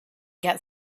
get